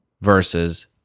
versus